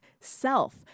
self